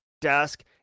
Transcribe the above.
desk